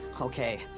okay